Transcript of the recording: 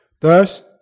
Thus